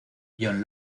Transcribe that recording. john